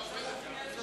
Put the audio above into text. סעיף 13,